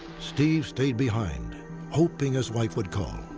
steve stayed behind hoping his wife would call.